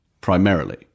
primarily